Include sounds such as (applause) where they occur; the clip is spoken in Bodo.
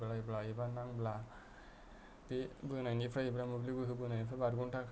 (unintelligible) बे बोनायनिफ्राय एबा मोब्लिब गोहोनिफ्राय बारग'नायनि थाखाय